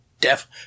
def